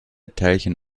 teilchen